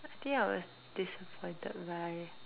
I think I was disappointed by